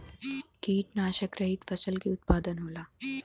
कीटनाशक रहित फसल के उत्पादन होला